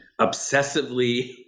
obsessively